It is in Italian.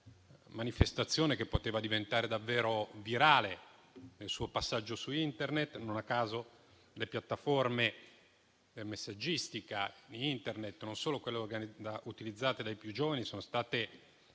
manifestazione che poteva diventare davvero virale nel suo passaggio su Internet. Non a caso, le piattaforme per messaggistica di Internet più utilizzate dai più giovani sono state